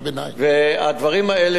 הדברים האלה, באמת,